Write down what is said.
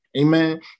Amen